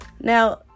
Now